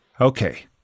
Okay